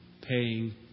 paying